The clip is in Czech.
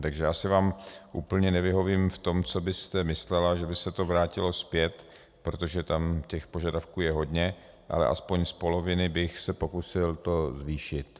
Takže asi vám úplně nevyhovím v tom, co byste myslela, že by se to vrátilo zpět, protože tam těch požadavků je hodně, ale aspoň z poloviny bych se pokusil to zvýšit.